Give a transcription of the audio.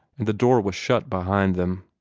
and the door was shut behind them.